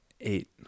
eight